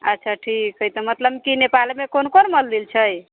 अच्छा ठीक हइ तऽ मतलब कि नेपालमे कोन कोन मन्दिर छै